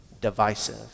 divisive